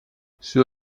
sur